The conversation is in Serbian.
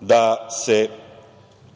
da se